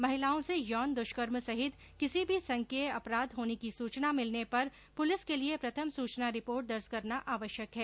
महिलाओं से यौन दुष्कर्म सहित किसी भी संज्ञेय अपराध के होने की सूचना भिलने पर पुलिस के लिए प्रथम सूचना रिपोर्ट दर्ज कैरना आवश्यक है